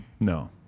No